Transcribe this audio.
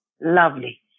Lovely